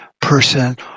person